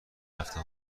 نرفته